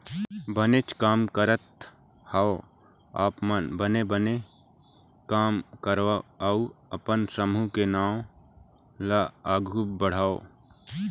बनेच काम करत हँव आप मन बने बने काम करव अउ अपन समूह के नांव ल आघु बढ़ाव